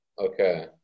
Okay